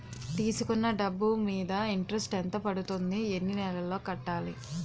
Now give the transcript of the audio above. తీసుకున్న డబ్బు మీద ఇంట్రెస్ట్ ఎంత పడుతుంది? ఎన్ని నెలలో కట్టాలి?